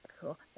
cool